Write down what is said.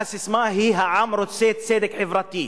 הססמה היא: העם רוצה צדק חברתי,